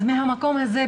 אז מהמקום הזה,